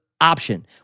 option